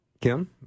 Kim